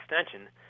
extension